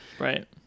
Right